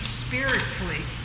spiritually